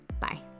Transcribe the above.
Bye